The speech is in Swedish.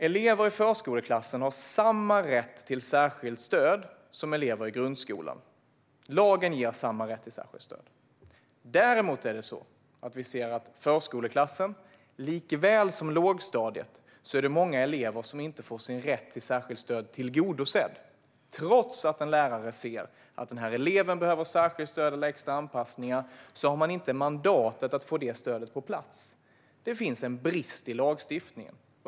Elever i förskoleklassen har samma rätt till särskilt stöd som elever i grundskolan. Lagen ger samma rätt till särskilt stöd. Däremot är det många elever i förskoleklassen som likväl som på lågstadiet inte får sin rätt till särskilt stöd tillgodosedd. Trots att en lärare ser att eleven behöver särskilt stöd och extra anpassningar har läraren inte mandatet att få det stödet på plats. Det finns en brist i lagstiftningen.